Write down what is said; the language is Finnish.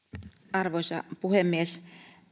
arvoisa puhemies